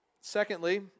Secondly